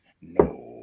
no